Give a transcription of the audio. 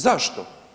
Zašto?